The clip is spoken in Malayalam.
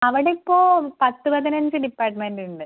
അവിടെ ഇപ്പോൾ പത്ത് പതിനഞ്ച് ഡിപ്പാർട്ട്മെന്റുണ്ട്